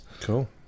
cool